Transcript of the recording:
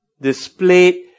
displayed